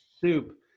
soup